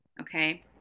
Okay